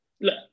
look